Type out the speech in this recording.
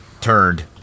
turned